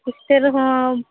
hostel ᱨᱮᱦᱚᱸ